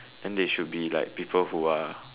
then they should be like people who are